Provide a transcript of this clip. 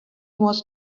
was